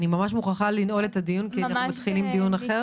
אני ממש מוכרחה לנעול את הדיון כי אנחנו מתחילים דיון אחר.